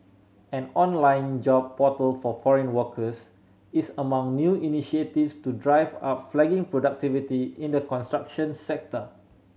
an online job portal for foreign workers is among new initiatives to drive up flagging productivity in the construction sector